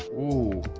oh